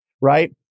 right